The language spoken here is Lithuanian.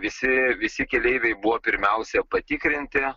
visi visi keleiviai buvo pirmiausia patikrinti